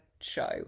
show